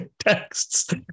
texts